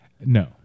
No